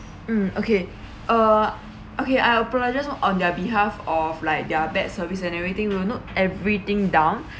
mm okay uh okay I apologize on their behalf of like their bad service and everything we'll note everything down